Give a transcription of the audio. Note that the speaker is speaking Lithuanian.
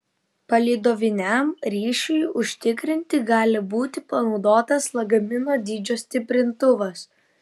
palydoviniam ryšiui užtikrinti gali būti panaudotas lagamino dydžio stiprintuvas